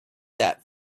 that